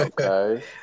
Okay